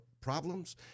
problems